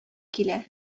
килә